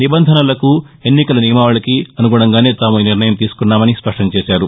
నిబంధనలకు ఎన్నికల నియమావళికి అనుగుణంగానే తాము ఈ నిర్ణయం తీసుకున్నామని స్పష్టం చేశారు